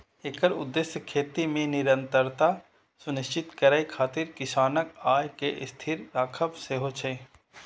एकर उद्देश्य खेती मे निरंतरता सुनिश्चित करै खातिर किसानक आय कें स्थिर राखब सेहो छै